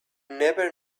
never